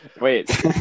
wait